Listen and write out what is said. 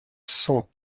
cents